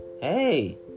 hey